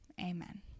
amen